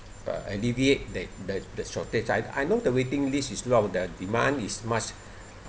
uh alleviate that that the shortage I I know the waiting list is long the demand is much